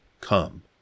come